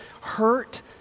hurt